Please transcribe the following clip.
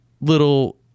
little